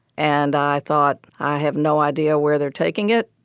and i thought, i have no idea where they're taking it.